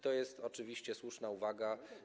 To jest oczywiście słuszna uwaga.